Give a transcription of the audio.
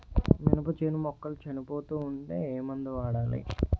మినప చేను మొక్కలు చనిపోతూ ఉంటే ఏమందు వాడాలి?